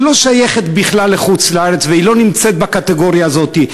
שלא שייכת בכלל לחוץ-לארץ ולא נמצאת בכלל בקטגוריה הזאת,